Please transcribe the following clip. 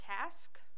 task